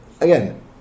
again